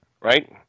Right